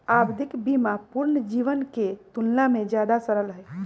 आवधिक बीमा पूर्ण जीवन के तुलना में ज्यादा सरल हई